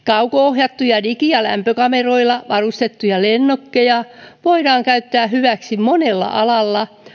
kauko ohjattuja digi ja lämpökameroilla varustettuja lennokkeja voidaan käyttää hyväksi monella alalla